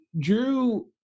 Drew